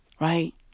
right